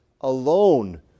alone